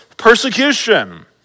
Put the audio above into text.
Persecution